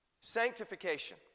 Sanctification